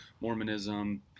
Mormonism